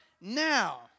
now